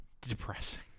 depressing